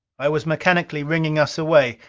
i was mechanically ringing us away.